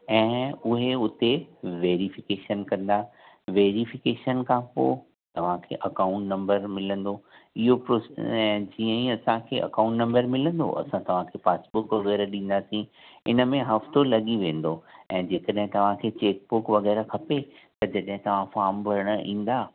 ऐं उहे उते वेरीफ़िकेशन कंदा वेरीफ़िकेशन खां पोइ तवांखे अकाउंट नंबर मिलंदो इहो प्रोसे ऐं जीअं ई असांखे अकाउंट नंबर मिलंदो असां तव्हांखे पासबुक वग़ैरह ॾींदासीं इन में हफ़्तो लॻी वेंदो ऐं जेकॾहें तव्हांखे चेकबुक वग़ैरह खपे त जॾहिं तव्हां फ़ॉम भरण ईंदा